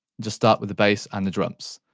just start with the bass and the drums.